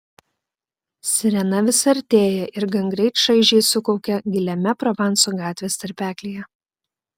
sirena vis artėja ir gangreit šaižiai sukaukia giliame provanso gatvės tarpeklyje